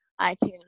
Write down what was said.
iTunes